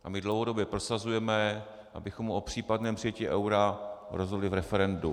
A my dlouhodobě prosazujeme, abychom o případném přijetí eura rozhodli v referendu.